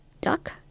duck